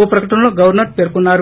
ఓ ప్రకటనలో గవర్నర్ పర్కొన్నారు